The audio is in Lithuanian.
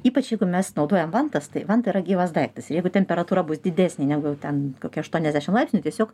ypač jeigu mes naudojam vantas tai vanta yra gyvas daiktas ir jeigu temperatūra bus didesnė negu ten kokie aštuoniasdešim laipsnių tiesiog